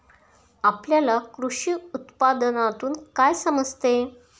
आपल्याला कृषी उत्पादनातून काय समजते?